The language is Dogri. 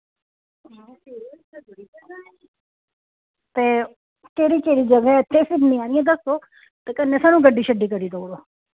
ते केह्ड़ी केह्ड़ी जगह इत्थें फिरनै आह्ली दस्सो ते कन्नै स्हानू गड्डी करी देई ओड़ो